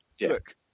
look